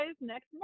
next